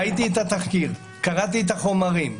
ראיתי את התחקיר, קראתי את החומרים,